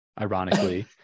ironically